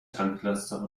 tanklaster